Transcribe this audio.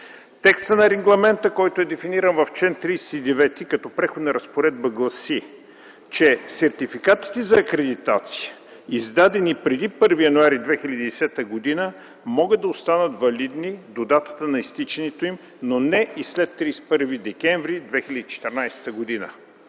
Текстът на Регламента, който е дефиниран в чл. 39 като преходна разпоредба гласи, че сертификатите за акредитация издадени преди 1 януари 2010 г. могат да останат валидни до датата на изтичането им, но не и след 31 декември 2014 г.